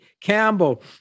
Campbell